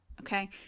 okay